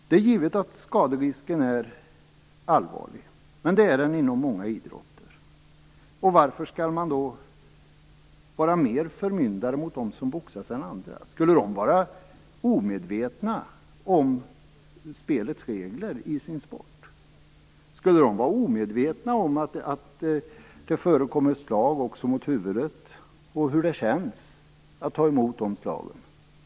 Det är givet att skaderisken är allvarlig, men det är den inom många idrotter. Varför skall man då vara mer förmyndaraktig mot boxare än mot andra? Skulle de vara omedvetna om reglerna för sin sport? Skulle de vara omedvetna om att det förekommer slag också mot huvudet och om hur det känns att ta emot de slagen?